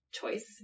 choice